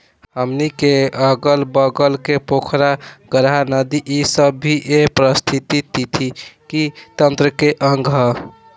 हमनी के अगल बगल के पोखरा, गाड़हा, नदी इ सब भी ए पारिस्थिथितिकी तंत्र के अंग ह